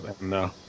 No